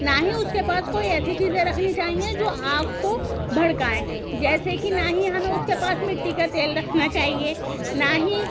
نہ ہی اس کے پاس کوئی ایسی چیزیں رکھنی چاہئیں جو آگ کو بھڑکائیں جیسے کہ نا ہی ہمیں اس کے پاس مٹی کا تیل رکھنا چاہیے نہ ہی